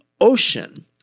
ocean